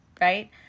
right